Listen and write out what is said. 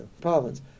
province